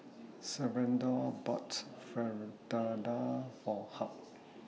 Salvador boughts Fritada For Hugh